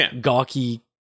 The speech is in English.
gawky